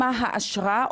מה האשרה,